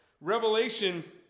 Revelation